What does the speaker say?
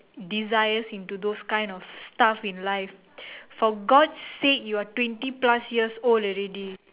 desires into those kind of stuff in life for god's sake you are twenty plus years old already